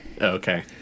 Okay